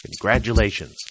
Congratulations